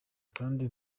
kandi